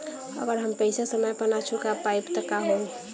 अगर हम पेईसा समय पर ना चुका पाईब त का होई?